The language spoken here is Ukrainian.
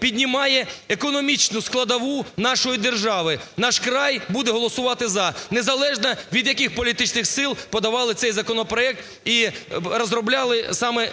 піднімає економічну складову нашої держави. "Наш край" буде голосувати "за", незалежно від яких політичних сил подавали цей законопроект і розробляли саме